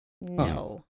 No